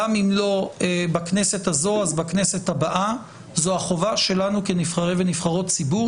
גם אם לא בכנסת הזאת אז בכנסת הבאה זאת החובה שלנו כנבחרי ציבורי